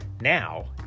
now